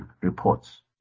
reports